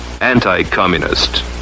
anti-communist